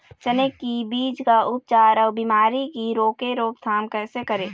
चने की बीज का उपचार अउ बीमारी की रोके रोकथाम कैसे करें?